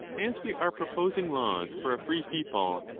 as we are proposing laws for a free people,